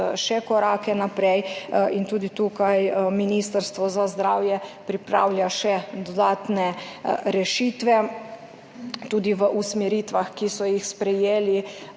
korake naprej in tudi tu Ministrstvo za zdravje pripravlja še dodatne rešitve. Tudi v usmeritvah, ki so jih sprejeli